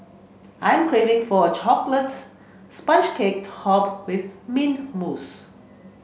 I'm craving for a chocolate sponge cake topped with mint mousse